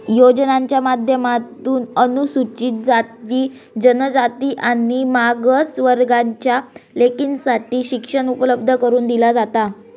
योजनांच्या माध्यमातून अनुसूचित जाती, जनजाति आणि मागास वर्गाच्या लेकींसाठी शिक्षण उपलब्ध करून दिला जाता